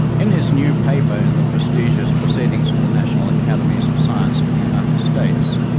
in his new paper in the prestigious proceedings of the national academies of science of the united states,